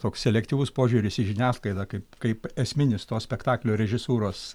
toks selektyvus požiūris į žiniasklaidą kaip kaip esminis to spektaklio režisūros